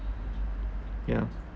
yeah